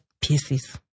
pieces